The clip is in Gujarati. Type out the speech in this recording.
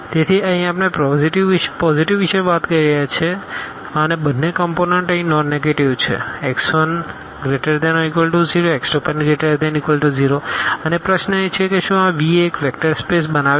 તેથી અહીં આપણે આ પોઝીટીવ વિશે વાત કરી રહ્યા છીએ તેથી બંને કમપોનન્ટ અહીં નોન નેગેટીવ છેx1≥0x2≥0 અને પ્રશ્ન એ છે કે શું આ V એક વેક્ટર સ્પેસ બનાવે છે